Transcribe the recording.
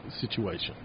situation